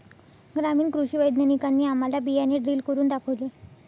ग्रामीण कृषी वैज्ञानिकांनी आम्हाला बियाणे ड्रिल करून दाखवले